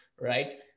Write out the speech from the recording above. right